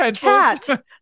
cat